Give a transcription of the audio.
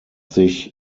sich